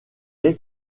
est